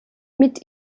mit